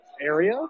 area